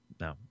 no